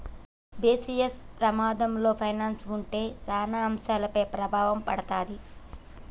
basis పమాధంలో finals ఉంటే సాన అంశాలపైన ప్రభావం పడతాది